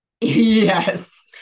Yes